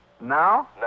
Now